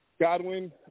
Godwin